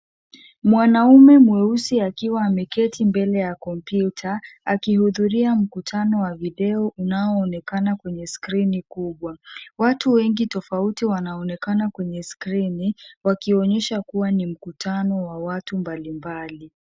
Mwanaume mweusi akiwa ameketi mbele ya kompyuta akihudhuria mkutano wa video unaoonekana kwenye skrini kubwa. watu wengi tofauti wanaonekana kwenye skrini wakionyesha kuwa ni mkutano wa watu mbalimbali.